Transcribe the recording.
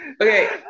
Okay